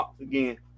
again